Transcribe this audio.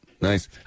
Nice